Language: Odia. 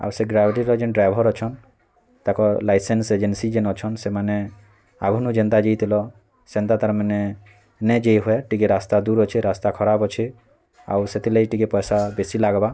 ଆଉ ସେ ଗାଡ଼ିଟିର ଯେନ୍ ଡ୍ରାଇଭର୍ ଅଛନ୍ ତାକର୍ ଲାଇସେନ୍ସ ଏଜେନ୍ସି ଯେନ୍ ଅଛନ୍ ସେମାନେ ଆଘନୁ ଯେନ୍ତା ଯେଇଥିଲ ସେନ୍ତା ତାର୍ମାନେ ନେଇ ଯେଇ ହୁଏ ଟିକେ ରାସ୍ତା ଦୂର୍ ଅଛେ ରାସ୍ତା ଖରାପ ଅଛେ ଆଉ ସେଥିର୍ଲାଗି ଟିକେ ପଇସା ବେଶୀ ଲାଗ୍ବା